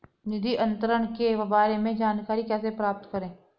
निधि अंतरण के बारे में जानकारी कैसे प्राप्त करें?